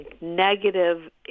negative